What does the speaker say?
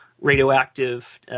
radioactive